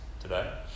today